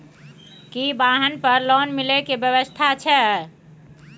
की वाहन पर लोन मिले के व्यवस्था छै?